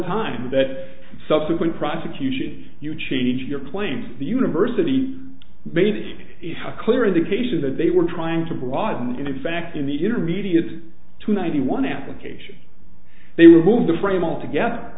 time that subsequent prosecutions you change your claims the university made this is a clear indication that they were trying to broaden in fact in the intermediate to ninety one application they removed the frame altogether